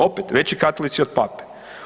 Opet veći katolici od Pape.